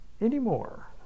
anymore